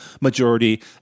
majority